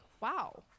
wow